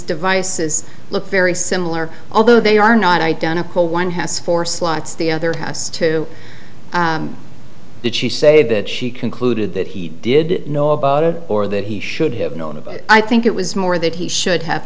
devices look very similar although they are not identical one has four slots the other has to did she say that she concluded that he did know about it or that he should have known about it i think it was more that he should have